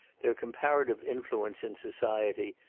their comparative influence in society,